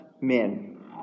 men